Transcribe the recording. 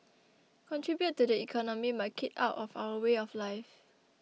contribute to the economy but keep out of our way of life